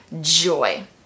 joy